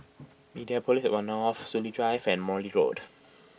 Mediapolis at one Soon Lee Drive and Morley Road